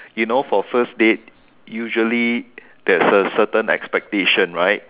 you know for first date usually there's a certain expectation right